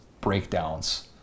breakdowns